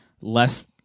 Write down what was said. less